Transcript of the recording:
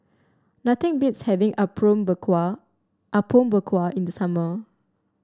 nothing beats having berkuah Apom Berkuah in the summer